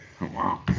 Wow